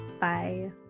bye